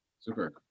Super